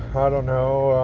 i don't know.